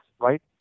right